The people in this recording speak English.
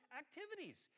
activities